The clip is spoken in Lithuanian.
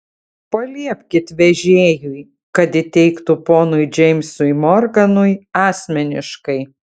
paliepkit vežėjui kad įteiktų ponui džeimsui morganui asmeniškai